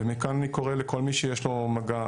מכאן אני קורא לכל מי שיש לו מגע,